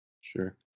Sure